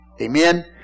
amen